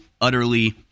utterly